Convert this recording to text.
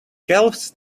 calves